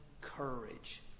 courage